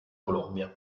colombia